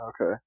Okay